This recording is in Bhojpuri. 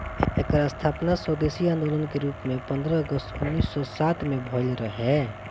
एकर स्थापना स्वदेशी आन्दोलन के रूप में पन्द्रह अगस्त उन्नीस सौ सात में भइल रहे